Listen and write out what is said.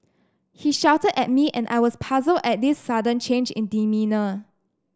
he shouted at me and I was puzzled at this sudden change in demeanour